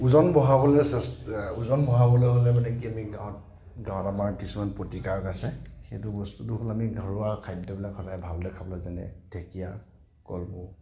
ওজন বঢ়াবলৈ ওজন বঢ়াবলৈ হ'লে মানে কি আমি গাঁৱত গাঁৱত আমাৰ কিছুমান প্ৰতিকাৰক আছে সেইটো বস্তুটো হ'ল আমি ঘৰুৱা খাদ্যবিলাক সদায় ভালদৰে খাব লাগে যেনে ঢেকীয়া কলমৌ